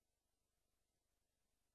בעד, מי בעד?